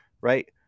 right